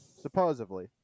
Supposedly